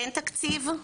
אין תקציב,